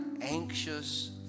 anxious